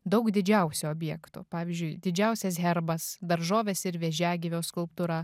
daug didžiausių objektų pavyzdžiui didžiausias herbas daržovės ir vėžiagyvio skulptūra